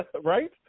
Right